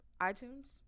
iTunes